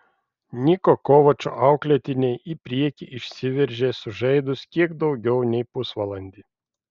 niko kovačo auklėtiniai į priekį išsiveržė sužaidus kiek daugiau nei pusvalandį